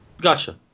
Gotcha